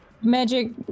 Magic